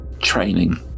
training